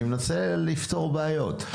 אני מנסה לפתור בעיות,